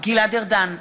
גלעד ארדן,